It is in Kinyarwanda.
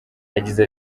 yagize